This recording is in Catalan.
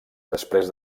després